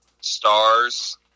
stars